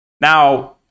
Now